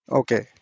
okay